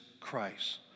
Christ